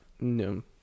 no